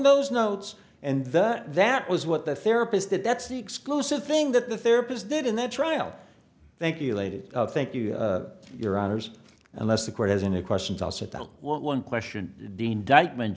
those notes and that that was what the therapist that that's the exclusive thing that the therapist did in that trial thank you ladies thank you your honors unless the court has any questions i'll settle one question dean dykeman